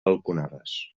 balconades